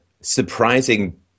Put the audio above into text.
surprising